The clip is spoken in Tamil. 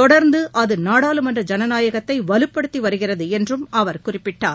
தொடர்ந்து அது நாடாளுமன்ற ஜனநாயகத்தை வலுப்படுத்தி வருகிறது என்றும் அவர் குறிப்பிட்டார்